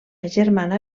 germana